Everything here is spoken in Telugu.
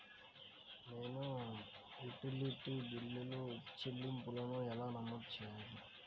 నేను యుటిలిటీ బిల్లు చెల్లింపులను ఎలా నమోదు చేయాలి?